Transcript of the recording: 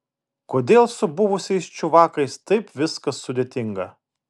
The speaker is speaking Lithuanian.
kodėl su buvusiais čiuvakais taip viskas sudėtinga